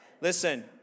Listen